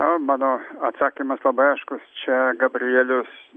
na mano atsakymas labai aiškus čia gabrielius